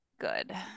good